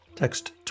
Text